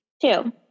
Two